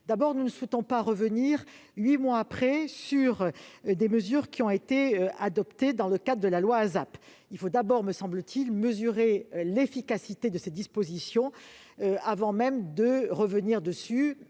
donné. Nous ne souhaitons pas revenir, huit mois après, sur des mesures adoptées dans le cadre de la loi ASAP. Il faut d'abord, me semble-t-il, mesurer l'efficacité de ces dispositions avant de les